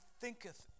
thinketh